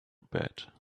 bed